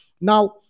Now